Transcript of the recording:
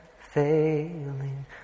failing